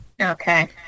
Okay